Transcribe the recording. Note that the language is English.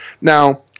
Now